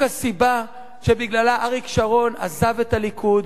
זו בדיוק הסיבה שבגללה אריק שרון עזב את הליכוד.